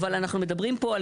אבל אנחנו מדברים פה,